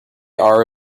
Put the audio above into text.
are